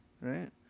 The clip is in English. Right